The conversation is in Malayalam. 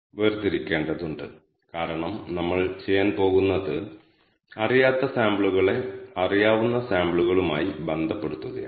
അതിനു ഒരാൾക്ക് ചെയ്യാൻ കഴിയുന്ന മാർഗം എന്താണ്